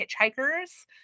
hitchhikers